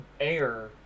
air